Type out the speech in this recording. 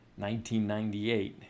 1998